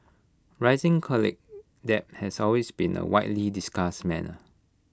rising college debt has always been A widely discussed matter